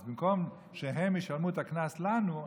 אז במקום שהם ישלמו את הקנס לנו,